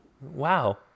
wow